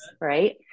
right